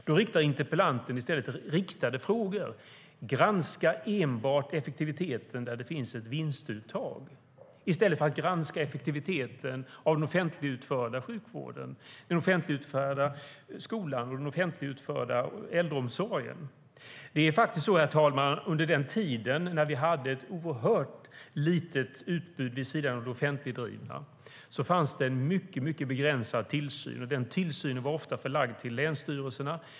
Då ställer interpellanten riktade frågor om att granska effektiviteten enbart där det finns ett vinstuttag, i stället för att granska effektiviteten i den offentligutförda sjukvården, den offentligutförda skolan och den offentligutförda äldreomsorgen. Herr talman! Under den tid när vi hade ett oerhört litet utbud vid sidan av det offentligdrivna fanns det en mycket begränsad tillsyn, och den tillsynen var ofta förlagd till länsstyrelserna.